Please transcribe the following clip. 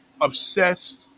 obsessed